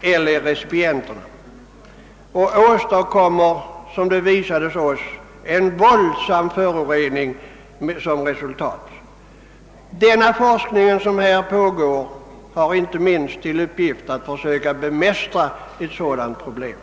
eller i recipienterna, vilket påvisades för oss. Den forskning som pågår på detta område har inte minst till uppgift att försöka bemästra sådana problem.